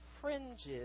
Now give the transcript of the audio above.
fringes